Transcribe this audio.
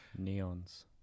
Neons